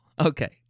okay